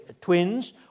twins